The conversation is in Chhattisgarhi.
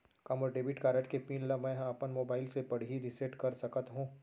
का मोर डेबिट कारड के पिन ल मैं ह अपन मोबाइल से पड़ही रिसेट कर सकत हो?